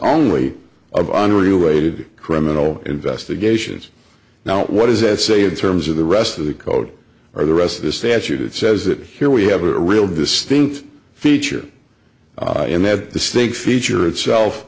only of unrelated criminal investigations now what does that say in terms of the rest of the code or the rest of the statute that says that here we have a real distinct feature and that the state feature itself